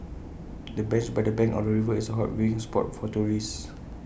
the bench by the bank of the river is A hot viewing spot for tourists